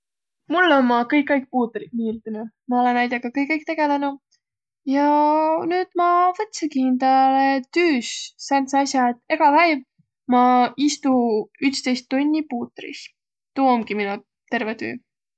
Mullõ ommaq kõik aig puutriq miildünüq. Ma olõ naidõga kõik aig tegelenüq ja nüüd ma võtsõgi hindäle tüüs sääntse as'a, et egä päiv ma istu ütstõist tunni puutri iih. Tuu omgi mino terveq tüü.